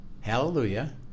Hallelujah